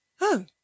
Oh